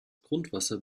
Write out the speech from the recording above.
grundwasser